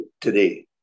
today